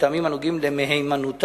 מטעמים הנוגעים למהימנותה.